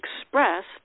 expressed